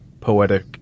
poetic